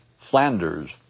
Flanders